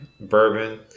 bourbon